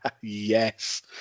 Yes